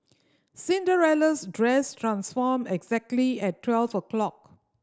Cinderella's dress transformed exactly at twelve o' clock